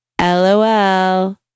LOL